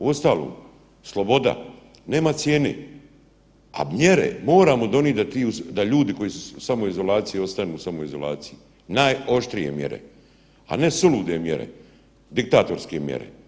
Uostalom, sloboda nema cijene, a mjere moramo donijet da ljudi koji su u samoizolaciji ostanu u samoizolaciji, najoštrije mjere, a ne sulude mjere, diktatorske mjere.